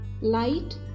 Light